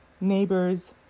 neighbor's